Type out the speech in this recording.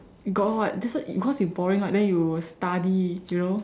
got [what] so you because you boring right then you will study you know